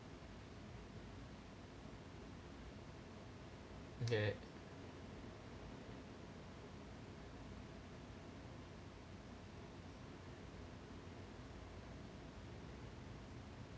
okay